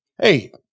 hey